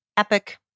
Epic